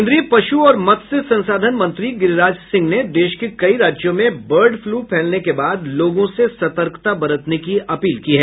केन्द्रीय पश् और मत्स्य संसाधन मंत्री गिरिराज सिंह ने देश के कई राज्यों में बर्ड फ्लू फैलने के बाद लोगों से सतर्कता बरतने की अपील की है